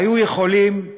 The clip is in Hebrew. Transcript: היו יכולים,